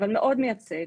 אבל מאוד מייצג,